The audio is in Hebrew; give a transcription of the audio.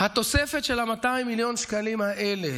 התוספת של ה-200 מיליון שקלים האלה